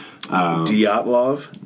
Dyatlov